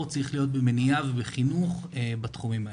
צריך להיות במניעה ובחינוך בתחומים האלה.